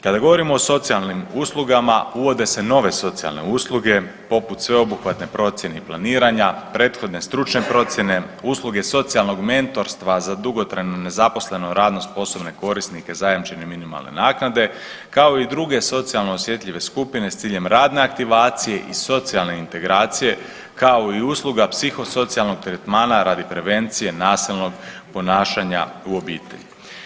Kada govorimo o socijalnim uslugama uvode se nove socijalne usluge poput sveobuhvatne procjene i planiranja prethodne stručne procjene, usluge socijalnog mentorstva za dugotrajno nezaposlene radno sposobne korisnike zajamčene minimalne naknade kao i druge socijalno osjetljive skupine s ciljem radne aktivacije i socijalne integracije kao i usluga psihosocijalnog tretmana radi prevencije nasilnog ponašanja u obitelji.